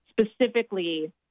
specifically